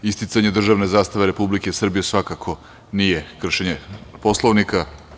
Isticanje državne zastave Republike Srbije svakako nije kršenje Poslovnika.